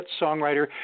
songwriter